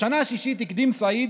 בשנה השישית הקדים סעיד